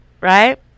Right